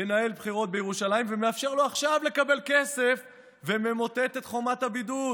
לנהל בחירות בירושלים ומאפשר לו עכשיו לקבל כסף וממוטט את חומת הבידוד.